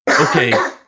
okay